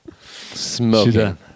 Smoking